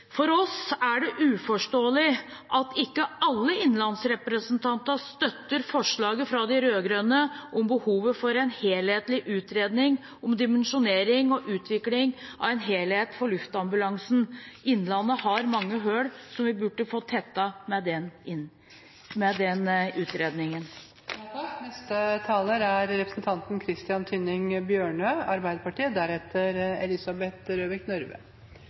For oss er det uforståelig at ikke alle innlandsrepresentantene støtter forslaget fra de rød-grønne om å få en helhetlig utredning om dimensjonering og utvikling av luftambulansen. Sykehuset Innlandet har mange hull som vi burde få tettet med den utredningen. I mitt hjemfylke, Telemark, viser Ung i Telemark-undersøkelsen at nær halvparten av jentene i løpet av den siste uken har bekymret seg mye og følt at alt er